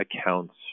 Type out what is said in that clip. accounts